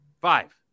Five